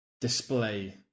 display